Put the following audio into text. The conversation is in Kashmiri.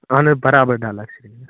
اَہَن حظ برابر ڈَلَس